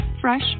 fresh